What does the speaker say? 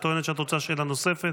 את טוענת שאת רוצה שאלה נוספת,